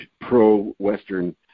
pro-Western